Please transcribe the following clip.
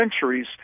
centuries